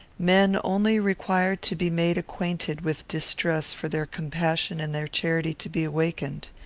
men only require to be made acquainted with distress for their compassion and their charity to be awakened.